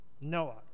Noah